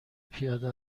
پیاده